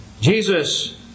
Jesus